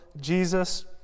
Jesus